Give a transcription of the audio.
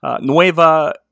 Nueva